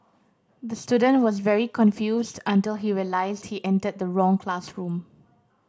the student was very confused until he realised he entered the wrong classroom